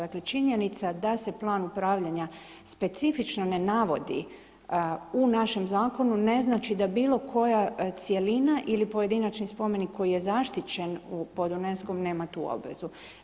Dakle, činjenica da se plan upravljanja specifično ne navodi u našem zakonu ne znači da bilo koja cjelina ili pojedinačni spomenik koji je zaštićen pod UNESCO-m nema tu obvezu.